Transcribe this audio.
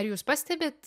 ar jūs pastebit